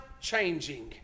changing